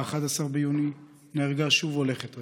ב-11 ביוני נהרגה שוב הולכת רגל,